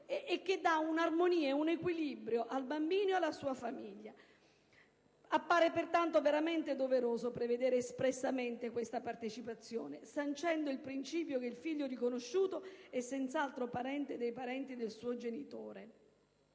dare un'armonia ed un equilibrio al bambino e alla sua famiglia. Appare, pertanto, davvero doveroso prevedere espressamente questa partecipazione, sancendo il principio che il figlio riconosciuto è senz'altro parente dei parenti del suo genitore.